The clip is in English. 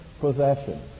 possession